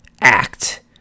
act